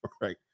right